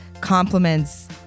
compliments